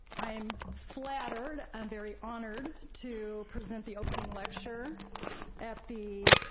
i'm flattered and very honored to present the opening lecture at the